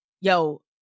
yo